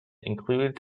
includes